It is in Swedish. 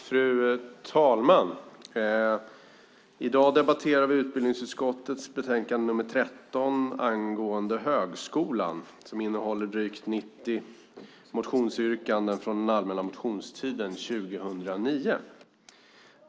Fru talman! Nu debatterar vi utbildningsutskottets betänkande nr 13 angående högskolan som innehåller drygt 90 motionsyrkanden från den allmänna motionstiden 2009.